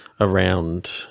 around-